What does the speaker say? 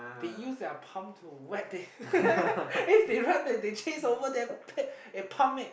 they use their palm to whack it then they run and they chase over them pat and palm it